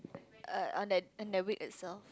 err on that on that week itself